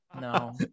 no